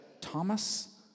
Thomas